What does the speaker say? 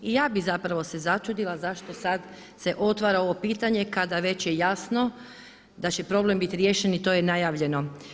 I ja bi zapravo se začudila zašto sada se otvara ovo pitanje kada je već jasno da će problem biti riješen i to je najavljeno.